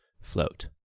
float